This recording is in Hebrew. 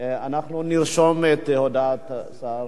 אנחנו נרשום את הודעת השר.